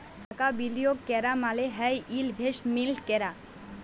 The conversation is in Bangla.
টাকা বিলিয়গ ক্যরা মালে হ্যয় ইলভেস্টমেল্ট ক্যরা